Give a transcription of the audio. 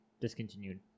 discontinued